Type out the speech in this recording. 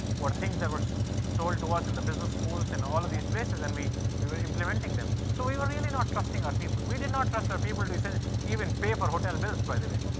were things that were told to us in the business schools and all of these places, and we we were implementing them. so we were really not trusting our people. we did not trust our people to so even pay for hotel bills, by the way.